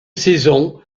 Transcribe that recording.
saison